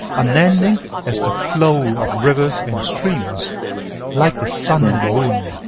unending as the flow of rivers and streams like the sun and moon,